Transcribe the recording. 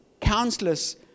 Countless